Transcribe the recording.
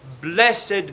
Blessed